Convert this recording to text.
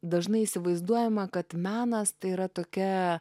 dažnai įsivaizduojama kad menas tai yra tokia